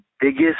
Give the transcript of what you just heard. biggest